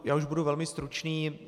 Já už budu velmi stručný.